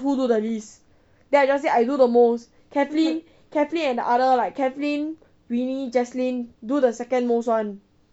who do the least then I just say I do the most kathlyn and the other like kathlyn winnie jaslyn do the second most [one]